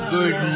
Good